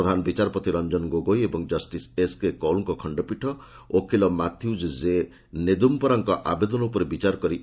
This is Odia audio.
ପ୍ରଧାନ ବିଚାରପତି ରଞ୍ଜନ ଗୋଗୋଇ ଓ ଜଷ୍ଟିସ ଏସ୍କେ କଉଲଙ୍କ ଖଣ୍ଡପୀଠ ଓକିଲ ମାଥ୍ୟୁଜ କେ ନେଦୁମପରାଙ୍କ ଆବେଦନ ଉପରେ ବିଚାର କରି ଏହା ଜଣାଇଛନ୍ତି